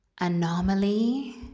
anomaly